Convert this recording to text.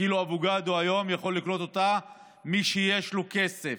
קילו אבוקדו היום יכול לקנות מי שיש לו כסף,